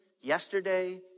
yesterday